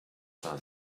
son